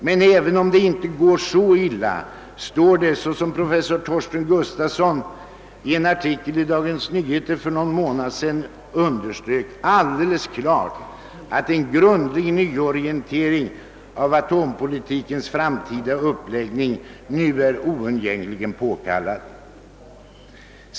Men även om det inte går så illa står det, som professor Torsten Gustafson i en artikel i Dagens Nyheter för någon månad sedan underströk, alldeles klart att en grundlig nyorientering av atompolitikens framtida uppläggning nu är oundgängligen påkallad.